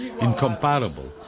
incomparable